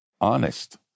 Honest